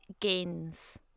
gains